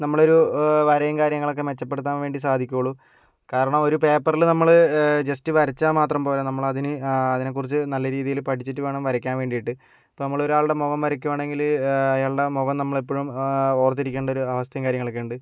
നമ്മുടെ ഒരു വരയും കാര്യങ്ങളൊക്കെ മെച്ചപ്പെടുത്താൻ വേണ്ടി സധിക്കുവൊള്ളു കാരണം ഒരു പേപ്പറിൽ നമ്മള് ജസ്റ്റ് വരച്ചാൽ മാത്രം പോര നമ്മള് അതിന് അതിനെ കുറിച്ച് നല്ല രീതിയിൽ പഠിച്ചിട്ട് വേണം വരയ്ക്കാൻ വേണ്ടിട്ട് ഇപ്പോൾ നമ്മള് ഒരാളുടെ മുഖം വരക്കുവാണെങ്കിൽ അയാളുടെ മുഖം നമ്മള് എപ്പഴും ഓർത്തിരിക്കേണ്ട ഒരു അവസ്ഥയും കാര്യങ്ങളൊക്കെയുണ്ട്